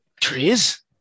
trees